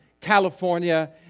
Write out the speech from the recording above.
California